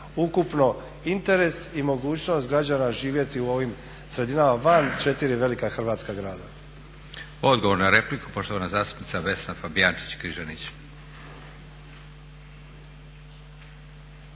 ukupno interes i mogućnost građana živjeti u ovim sredinama van 4 velika hrvatska grada. **Leko, Josip (SDP)** Odgovor na repliku poštovana kolegica zastupnica Vesna Fabijačnić-Križanić.